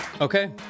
Okay